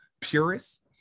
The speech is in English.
purists